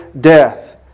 death